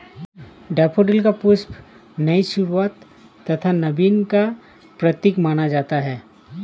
daffodil का पुष्प नई शुरुआत तथा नवीन का प्रतीक माना जाता है